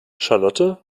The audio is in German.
charlotte